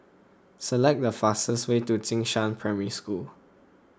select the fastest way to Jing Shan Primary School